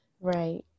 right